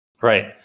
Right